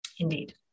Indeed